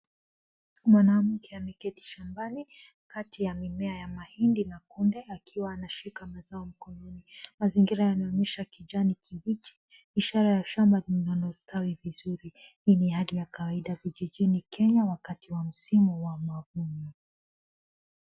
Mwanamke ameketi shambani, kati ya mimea ya mahindi na kunde akiwa anashika mazao mkononi. Mzingira yanaonyesha kijani kibichi , ishara ya shamba kustawi vizuri. Hii ni hali ya kawaida vijijni Kenya wakati wa msimu wa mavuno.